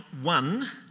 one